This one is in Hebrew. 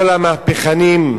כל המהפכנים,